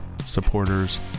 supporters